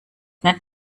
nennt